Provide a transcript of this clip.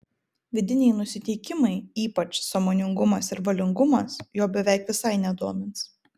vidiniai nusiteikimai ypač sąmoningumas ir valingumas jo beveik visai nedomins